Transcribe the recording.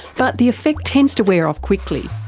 but the effect tends to wear off quickly.